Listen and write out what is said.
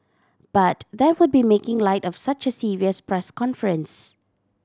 but that would be making light of such a serious press conference